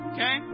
Okay